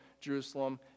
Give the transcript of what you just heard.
Jerusalem